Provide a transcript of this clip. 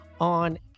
on